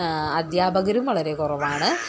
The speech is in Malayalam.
ആ അധ്യാപകരും വളരെ കുറവാണ്